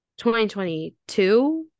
2022